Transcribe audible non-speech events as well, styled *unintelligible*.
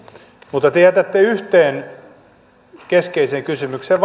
mutta te jätitte vastaamatta yhteen keskeiseen kysymykseen *unintelligible*